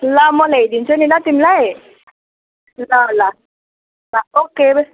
ल म ल्याइदिन्छु नि ल तिमीलाई ल ल ल ओके बाई